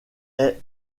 est